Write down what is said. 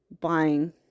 buying